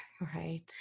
Right